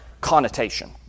connotation